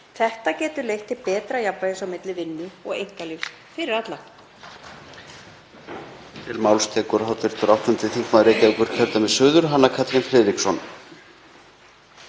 Þetta getur leitt til betra jafnvægis á milli vinnu og einkalífs fyrir alla.